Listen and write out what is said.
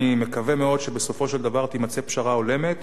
אני מקווה מאוד שבסופו של דבר תימצא פשרה הולמת,